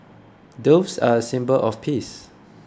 doves are a symbol of peace